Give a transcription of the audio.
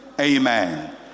Amen